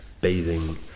bathing